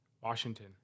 Washington